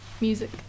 music